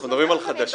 אנחנו מדברים על חדשים.